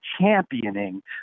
championing